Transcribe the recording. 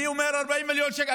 אני אומר 40 מיליון שקל,